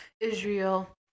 Israel